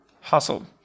Hustle